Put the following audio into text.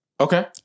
Okay